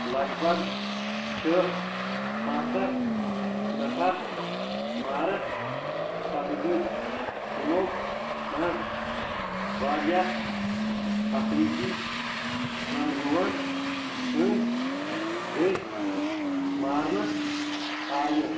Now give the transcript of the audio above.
لگ بگ چھِ پنٛژاہ نفر مارٕ سَپٕدمٕتۍ، یِمو منٛز واریاہ افریٖقی جنٛگجوٗوَن ہٕنٛدۍ دٔسۍ مارنہٕ آیہِ